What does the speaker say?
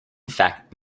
fact